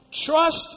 Trust